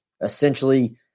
essentially